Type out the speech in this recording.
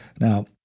Now